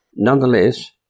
Nonetheless